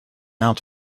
out